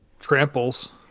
tramples